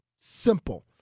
Simple